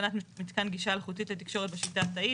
התקנת מתקן גישה אלחוטית לתקשורת בשיטה התאית.